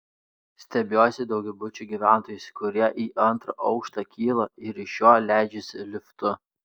stebiuosi daugiabučių gyventojais kurie į antrą aukštą kyla ir iš jo leidžiasi liftu